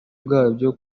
bwabyo